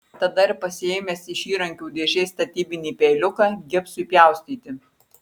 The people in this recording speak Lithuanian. tada ir pasiėmęs iš įrankių dėžės statybinį peiliuką gipsui pjaustyti